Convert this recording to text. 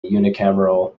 unicameral